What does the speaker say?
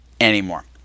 anymore